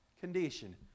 condition